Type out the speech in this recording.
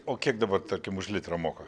o kiek dabar tarkim už litrą moka